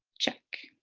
check.